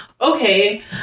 okay